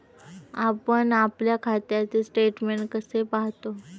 आपण आपल्या खात्याचे स्टेटमेंट कसे पाहतो?